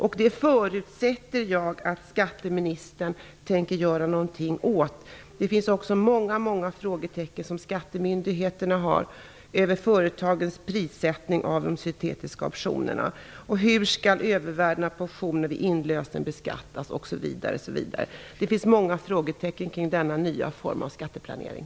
Jag förutsätter att skatteministern tänker göra någonting åt detta. Skattemyndigheterna har också många frågetecken när det gäller företagens prissättning av de syntetiska optionerna. Hur skall övervärdena på optioner vid inlösning beskattas, osv.? Det finns många frågetecken kring denna nya form av skatteplanering.